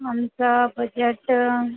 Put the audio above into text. आमचं बजेट